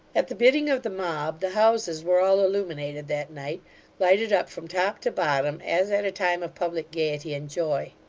at the bidding of the mob, the houses were all illuminated that night lighted up from top to bottom as at a time of public gaiety and joy.